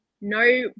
no